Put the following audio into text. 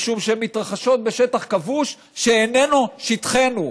משום שהן מתרחשות בשטח כבוש שאיננו שטחנו,